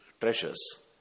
treasures